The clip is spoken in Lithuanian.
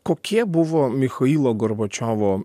kokie buvo michailo gorbačiovo